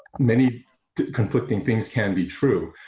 many conflicting things can be true.